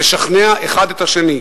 ולשכנע אחד את השני.